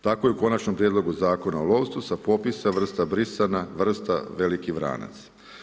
Tako i u konačnom prijedlogu Zakona o lovstvu, sa popisa brisana vrsta veliki vranac.